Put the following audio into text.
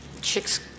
chicks